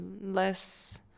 less